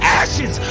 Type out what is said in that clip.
ashes